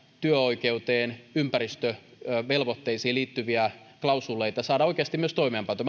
työoikeuteen ja ympäristövelvoitteisiin liittyviä klausuuleita saada oikeasti myös toimeenpantua